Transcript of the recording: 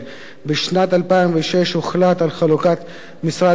בשנת 2006 הוחלט על חלוקת משרד החינוך,